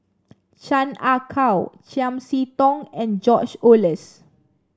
Chan Ah Kow Chiam See Tong and George Oehlers